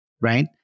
right